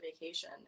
vacation